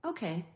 Okay